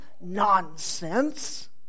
nonsense